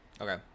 Okay